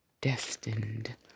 destined